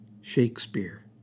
Shakespeare